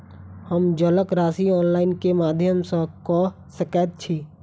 हम जलक राशि ऑनलाइन केँ माध्यम सँ कऽ सकैत छी?